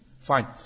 Fine